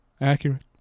accurate